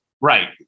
Right